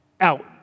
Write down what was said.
out